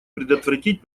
предотвратить